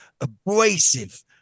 abrasive